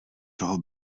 toho